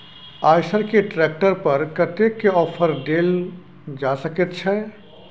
आयसर के ट्रैक्टर पर कतेक के ऑफर देल जा सकेत छै?